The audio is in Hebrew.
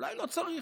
אולי לא צריך.